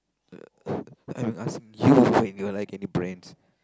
uh uh I'm asking you if you like any brands